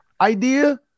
idea